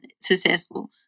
successful